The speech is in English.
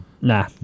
Nah